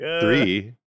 Three